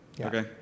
Okay